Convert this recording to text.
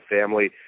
family